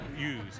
use